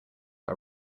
are